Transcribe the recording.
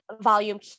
volume